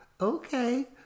Okay